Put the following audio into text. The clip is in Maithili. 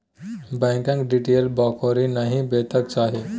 बैंकक डिटेल ककरो नहि बतेबाक चाही